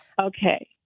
Okay